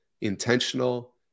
intentional